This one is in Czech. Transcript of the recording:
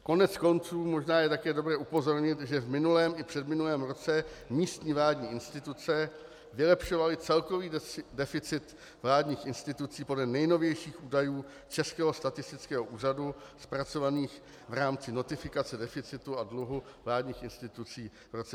Koneckonců možná je také dobré upozornit, že v minulém i předminulém roce místní vládní instituce vylepšovaly celkový deficit vládních institucí podle nejnovějších údajů Českého statistického úřadu zpracovaných v rámci notifikace deficitu a dluhu vládních institucí v roce 2014.